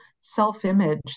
self-image